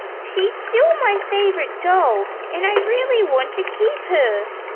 she's still my favourite doll and i really want to keep her